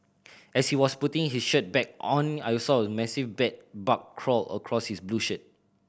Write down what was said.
as he was putting his shirt back on I saw a massive bed bug crawl across his blue shirt